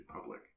public